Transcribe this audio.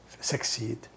succeed